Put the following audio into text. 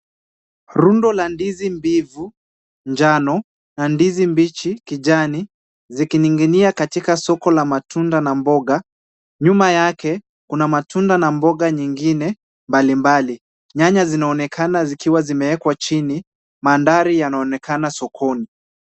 Rundo la ndizi mbivu njano na ndizi mbichi kijani, zikining'inia katika soko la matunda na mboga. Nyuma yake kuna matunda na mboga nyingine mbalimbali. Nyanya zinaonekana zikiwa zimeekwa chini. Mandhari yanaonekana sokoni.